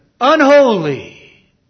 unholy